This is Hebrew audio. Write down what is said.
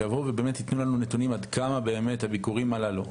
שיבואו ויתנו לנו נתונים עד כמה באמת הביקורים הללו,